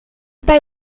pas